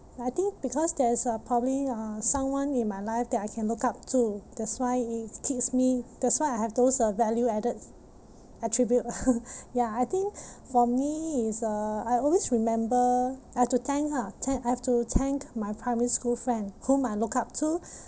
I think because there's uh probably uh someone in my life that I can look up to that's why it keeps me that's why I have those uh value-added attribute ya I think for me is uh I always remember I have to thank lah I have to thank my primary school friend whom I look up to